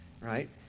right